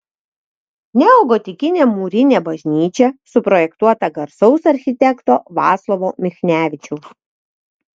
neogotikinė mūrinė bažnyčia suprojektuota garsaus architekto vaclovo michnevičiaus